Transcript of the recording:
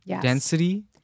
density